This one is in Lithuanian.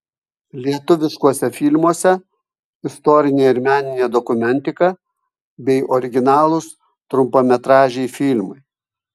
lietuviškuose filmuose istorinė ir meninė dokumentika bei originalūs trumpametražiai filmai